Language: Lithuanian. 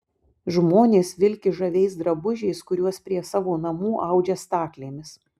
žmonės vilki žaviais drabužiais kuriuos prie savo namų audžia staklėmis